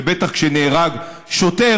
ובטח כשנהרג שוטר,